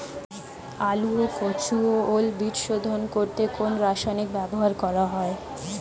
আলু ও কচু ও ওল বীজ শোধন করতে কোন রাসায়নিক ব্যবহার করা হয়?